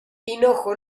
hinojo